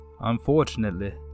Unfortunately